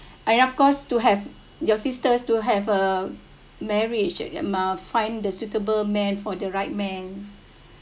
and of course to have your sisters to have a marriage mah find the suitable man for the right man and